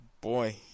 boy